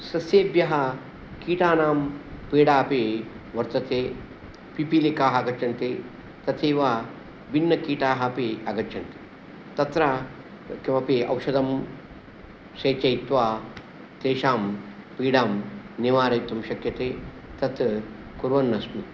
सस्येभ्यः कीटानां पीडा अपि वर्तते पिपीलिकाः आगच्छन्ति तथैव भिन्नकीटाः अपि आगच्छन्ति तत्र किमपि औषधं सेचयित्वा तेषां पीडां निवारयितुं शक्यते तत् कुर्वन्नस्मि